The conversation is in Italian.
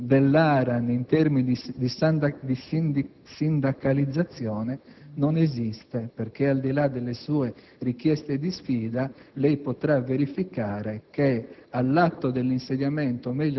dell'ARAN in termini di sindacalizzazione non esiste. Infatti, al di là delle sue richieste di sfida, lei potrà verificare che